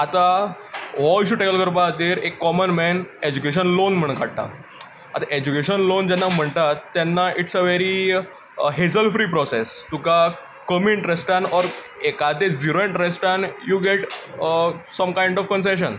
आतां हो issue tackle करपा खातीर एक कॉमन मेन एज्युकेशन लोन म्हुणून काडटा आतां एज्युकेशन लोन जेन्ना म्हणटात तेन्ना it's a very hassle free process तुका कमी इंट्रस्टान ओर एकादे जिरो इंट्रस्टान you get some kind of concession